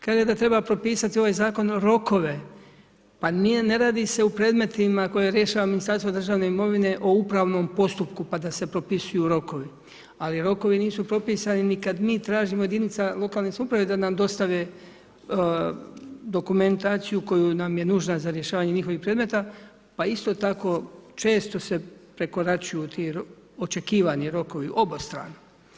Kaže da treba propisati ovaj zakon rokove, pa ne radi se u predmetima koje rješava Ministarstvo državne imovine o upravnom postupku pa da se propisuju rokovi, ali rokovi nisu propisani ni kada mi tražimo od jedinica lokalne samouprave da nam dostave dokumentaciju koja nam je nužna za rješavanje njihovih predmeta, pa isto tako često se prekoračuju ti očekivani rokovi, obostrano.